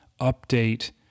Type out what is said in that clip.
update